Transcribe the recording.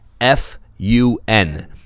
F-U-N